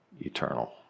eternal